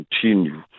continue